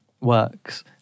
works